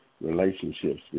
relationships